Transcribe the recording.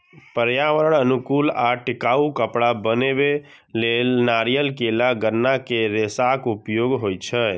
पर्यावरण अनुकूल आ टिकाउ कपड़ा बनबै लेल नारियल, केला, गन्ना के रेशाक उपयोग होइ छै